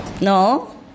No